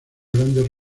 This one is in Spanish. grandes